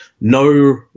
No